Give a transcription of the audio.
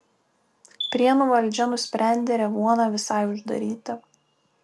prienų valdžia nusprendė revuoną visai uždaryti